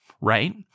right